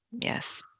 yes